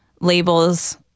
labels